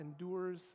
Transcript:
endures